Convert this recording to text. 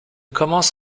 commence